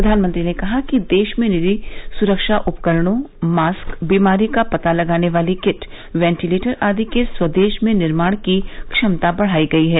प्रधानमंत्री ने कहा कि देश में निजी सुरक्षा उपकरणों मास्क बीमारी का पता लगाने वाली किट वेंटिलेटर आदि के स्वदेश में निर्माण की क्षमता बढ़ाई गई है